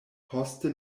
poste